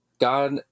God